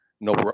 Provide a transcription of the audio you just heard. no